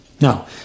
Now